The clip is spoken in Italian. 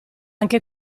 anche